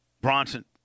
Bronson